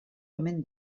omen